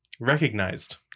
recognized